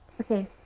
Okay